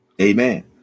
Amen